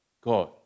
God